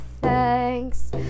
thanks